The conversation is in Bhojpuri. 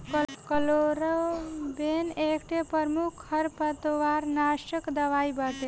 क्लोराम्बेन एकठे प्रमुख खरपतवारनाशक दवाई बाटे